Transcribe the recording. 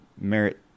merit